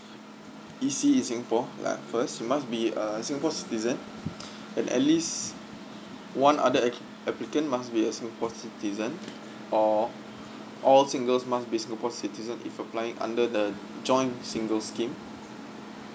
E_C in singapore like first you must be a singapore citizen and at least one other ap~ applicant must be a singapore citizen or all singles must be singapore citizen if applying under the joint single scheme